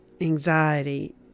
anxiety